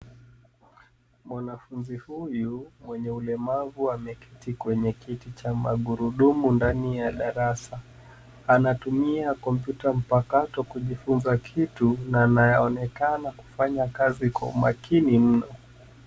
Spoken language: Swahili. Mwanafunzi huyu mwenye ulemavu ameketi kwenye kiti cha magurudumu ndani ya darasa. Anatumia kompyuta mpakato kujifunza kitu na anaonekana kufanya kazi kwa umakini mno.